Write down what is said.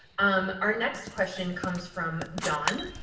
um our next question comes from john,